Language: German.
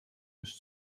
nicht